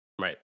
Right